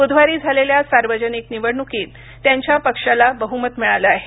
बुधवारी झालेल्या सार्वजनिक निवडणुकीत त्यांच्या पक्षाला बहुमत मिळालं आहे